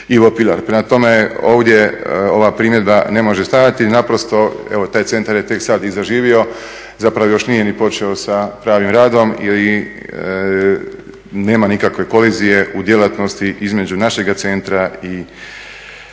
Ivo Pilar. Prema tome, ovdje ova primjedba ne može stajati. Naprosto, evo taj centar je tek sad i zaživio, zapravo još nije ni počeo sa pravim radom, jer nema nikakve kolizije u djelatnosti između našega centra i